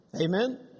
Amen